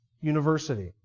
university